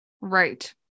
Right